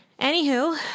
Anywho